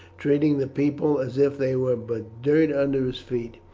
treating the people as if they were but dirt under his feet.